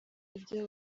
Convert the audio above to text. ibyo